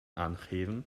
aangeven